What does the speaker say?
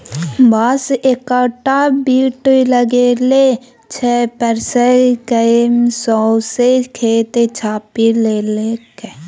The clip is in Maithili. बांस एकटा बीट लगेने छै पसैर कए सौंसे खेत छापि लेलकै